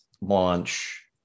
launch